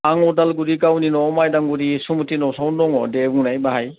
आं अदालगुरि गावनि न'आव माइदांगुरि समिति न'सायावनो दङ दे बुंनाय बाहाय